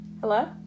Hello